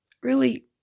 really-